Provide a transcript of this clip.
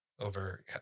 over